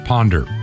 Ponder